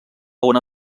una